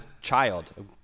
child